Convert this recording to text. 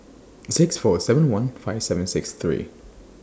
six four seven one five seven six three